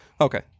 Okay